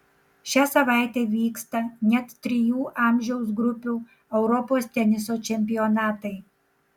šią savaitę vyksta net trijų amžiaus grupių europos teniso čempionatai